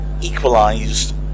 Equalised